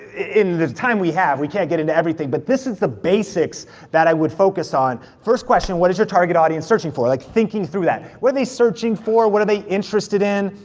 in the time we have, we can't get into everything, but this is the basics that i would focus on. first question, what is your target audience searching for? like, thinking through that. what are they searching for, what are they interested in?